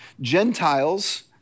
Gentiles